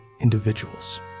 individuals